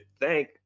thank